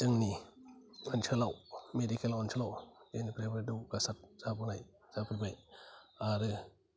जोंनि ओनसोलआव मेडिकेल ओनसोलआव जेनिफ्रायबो दावगासार जाबोबाय जाबोबाय आरो